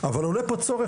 אבל עולה פה צורך,